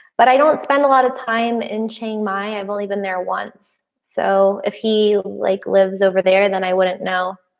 but i don't spend a lot of time in chiangmai. i've only been there once so if he like lives over there then i wouldn't know.